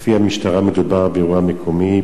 לפי המשטרה מדובר ב"אירוע מקומי".